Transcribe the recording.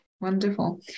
Wonderful